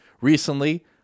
Recently